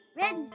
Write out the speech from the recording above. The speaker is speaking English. Ready